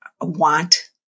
want